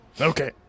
Okay